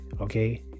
Okay